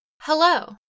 Hello